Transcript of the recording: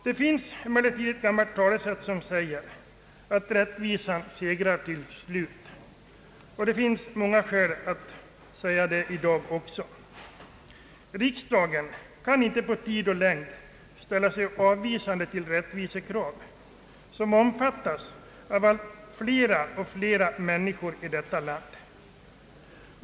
Det finns emellertid ett gammalt talesätt, som säger att rättvisan segrar till slut, och det finns många skäl att säga det i dag också. Riksdagen kan inte på tid och längd ställa sig avvisande till ett rättvisekrav, som omfattas av allt flera och flera människor i detta land.